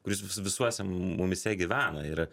kuris visuose mumyse gyvena ir